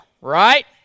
right